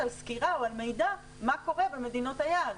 שהיא הלקוח שצריך לקיים את התקנות האלה.